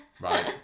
Right